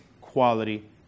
quality